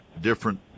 different